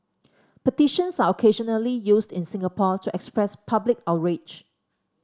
petitions are occasionally used in Singapore to express public outrage